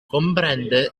comprende